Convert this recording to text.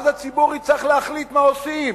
אז הציבור יצטרך להחליט מה עושים,